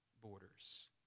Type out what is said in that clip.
borders